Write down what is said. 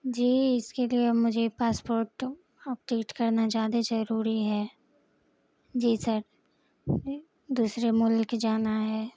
جی اس کے لیے مجھے پاسپورٹ اپ ڈیٹ کرنا زیادہ ضروری ہے جی سر دوسرے ملک جانا ہے